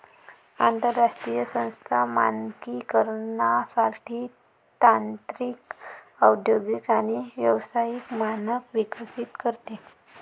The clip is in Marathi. आंतरराष्ट्रीय संस्था मानकीकरणासाठी तांत्रिक औद्योगिक आणि व्यावसायिक मानक विकसित करते